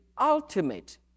ultimate